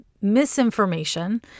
Misinformation